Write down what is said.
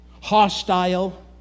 hostile